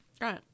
Right